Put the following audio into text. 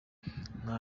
nta